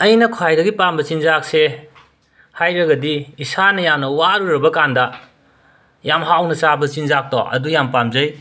ꯑꯩꯅ ꯈ꯭ꯋꯥꯏꯗꯒꯤ ꯄꯥꯝꯕ ꯆꯤꯟꯖꯥꯛꯁꯦ ꯍꯥꯏꯔꯒꯗꯤ ꯏꯁꯥꯅ ꯌꯥꯝꯅ ꯋꯥꯔꯨꯔꯕ ꯀꯥꯟꯗ ꯌꯥꯝ ꯍꯥꯎꯅ ꯆꯥꯕ ꯆꯤꯟꯖꯥꯛꯇꯣ ꯑꯗꯨ ꯌꯥꯝ ꯄꯥꯝꯖꯩ